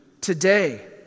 today